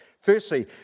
Firstly